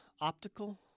optical